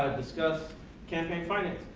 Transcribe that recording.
ah discuss campaign finance,